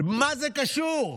מה זה קשור?